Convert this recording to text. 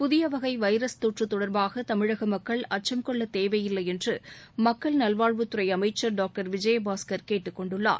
புதிய வகை வைரஸ் தொற்று தொடர்பாக தமிழக மக்கள் அச்சம் கொள்ளத் தேவையில்லை என்று மக்கள் நல்வாழ்வுத்துறை அமைச்சர் டாக்டர் கொண்டுள்ளார்